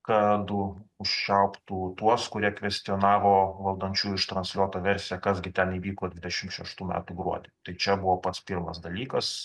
kad u užčiauptų tuos kurie kvestionavo valdančiųjų ištransliuotą versiją kas gi ten įvyko dvidešim šeštų metų gruodį tai čia buvo pats pirmas dalykas